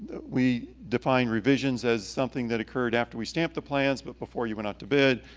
we define revisions as something that occurred after we stamped the plans, but before you went out to bid.